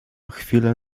chwilę